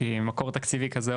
שמקור תקציבי כזה,